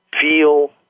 feel